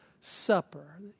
supper